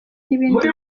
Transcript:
n’ibindi